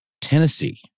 Tennessee